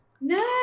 No